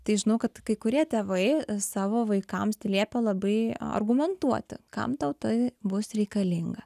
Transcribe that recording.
tai žinau kad kai kurie tėvai savo vaikams liepia labai argumentuoti kam tau tai bus reikalinga